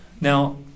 Now